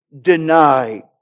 denied